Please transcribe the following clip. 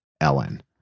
Ellen